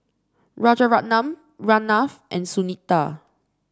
Rajaratnam Ramnath and Sunita